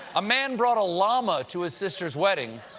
a man brought a llama to his sister's wedding,